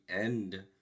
end